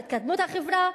התקדמות החברה,